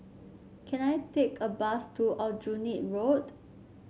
can I take a bus to Aljunied Road